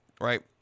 right